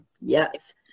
yes